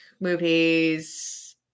movies